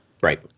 Right